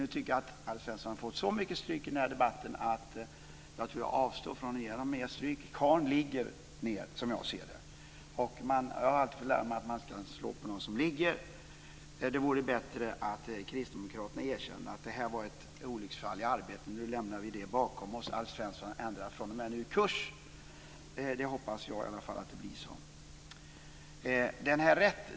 Jag tycker att Alf Svensson har fått så mycket stryk i den här debatten att jag avstår från att ge honom mer stryk. Karlen ligger ned, som jag ser det, och jag har fått lära mig att man inte ska slå på någon som ligger. Det vore bättre att Kristdemokraterna erkände att det här var ett olycksfall i arbetet, att de nu lämnar det bakom sig och att Alf Svensson fr.o.m. nu ändrar kurs. Jag hoppas i alla fall att det blir så.